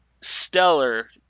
stellar